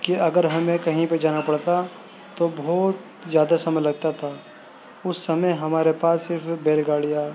کہ اگر ہمیں کہیں پہ جانا پڑتا تو بہت زیادہ سمے لگتا تھا اس سمے ہمارے پاس صرف بیل گاڑیاں